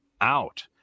out